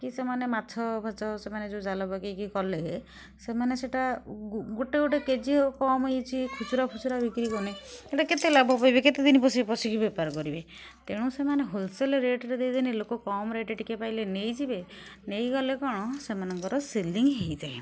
କି ସେମାନେ ଯେଉଁ ମାଛଫାଚ ସେମାନେ ଯେଉଁ ଜାଲ ପକେଇକି କଲେ ସେମାନେ ସେଟା ଗୋଟେ ଗୋଟେ କେଜି କମ୍ ହୋଇଛି ଖୁଚୁରାଫୁଚୁରା ବିକ୍ରି କନେ କେତେ ଲାଭ ପାଇବେ କେତେ ଦିନ ବସି ବସିକି ବେପାର କରିବେ ତେଣୁ ସେମାନେ ହୋଲ୍ସେଲ୍ ରେଟ୍ରେ ଦେଇଦେନେ ଲୋକ କମ୍ ରେଟ୍ରେ ଟିକେ ପାଇଲେ ନେଇଯିବେ ନେଇଗଲେ କଣ ସେମାନଙ୍କର ସେଲିଙ୍ଗ୍ ହୋଇଯାଏ